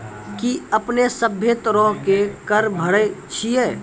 कि अपने सभ्भे तरहो के कर भरे छिये?